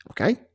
Okay